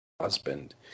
husband